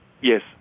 Yes